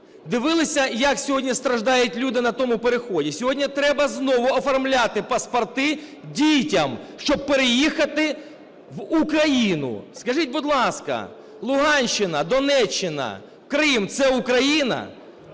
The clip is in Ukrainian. Дивилися, як сьогодні страждають люди на тому переході? Сьогодні треба знову оформлювати паспорти дітям, щоб переїхати в Украйну. Скажіть, будь ласка, Луганщина, Донеччина, Крим – це Україна?